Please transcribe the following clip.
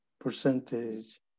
percentage